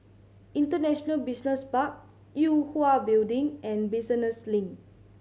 International Business Park Yue Hwa Building and Business Link